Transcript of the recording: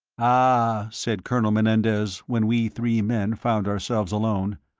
ah, said colonel menendez, when we three men found ourselves alone,